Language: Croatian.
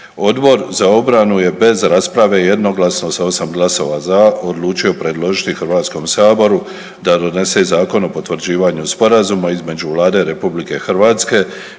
Odbor za obranu je bez rasprave, jednoglasno, sa 8 glasova za odlučio predložiti HS-u da donese Zakon o potvrđivanju Sporazuma između Vlade Republike Hrvatske